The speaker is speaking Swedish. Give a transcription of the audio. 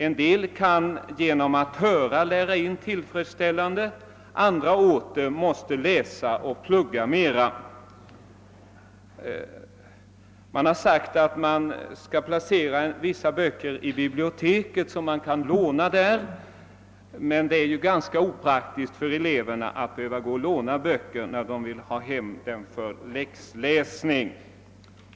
En del kan lära in tillfredsställande genom att lyssna, andra åter måste läsa och »plugga» mera. Det har sagts att vissa böcker skall placeras i biblioteket, så att de kan lånas ut, men det är ju ganska opraktiskt för eleverna att låna böcker när de behöver ha hem dem för läxläsning.